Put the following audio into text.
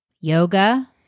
yoga